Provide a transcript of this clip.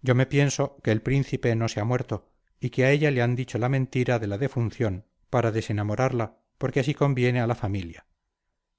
yo me pienso que el príncipe no se ha muerto y que a ella le han dicho la mentira de la defunción para desenamorarla porque así conviene a la familia